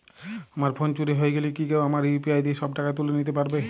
আমার ফোন চুরি হয়ে গেলে কি কেউ আমার ইউ.পি.আই দিয়ে সব টাকা তুলে নিতে পারবে?